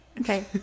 Okay